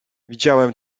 widziałem